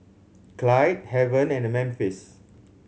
Clyde Haven and Memphis